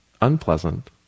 unpleasant